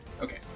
Okay